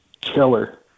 killer